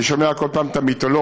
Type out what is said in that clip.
אני שומע כל פעם את המיתולוגיה: